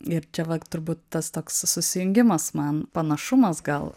ir čia vat turbūt tas toks susijungimas man panašumas gal